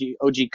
OG